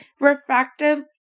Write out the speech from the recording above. refractive